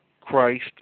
Christ